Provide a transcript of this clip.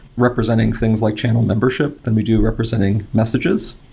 representing things like channel membership than we do representing messages,